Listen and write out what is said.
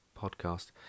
podcast